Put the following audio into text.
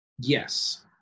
Yes